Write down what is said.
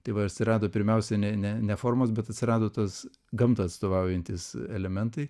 tai va atsirado pirmiausia ne ne ne formos bet atsirado tos gamtą atstovaujantys elementai